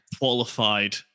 qualified